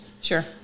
Sure